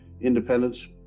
independence